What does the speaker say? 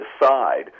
decide